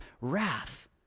wrath